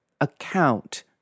account